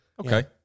okay